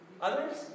Others